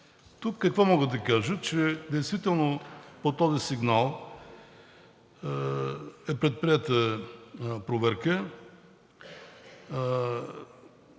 Тук какво мога да кажа? Действително по този сигнал е предприета проверка.